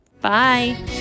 Bye